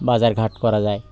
বাজার ঘাট করা যায়